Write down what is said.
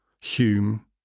Hume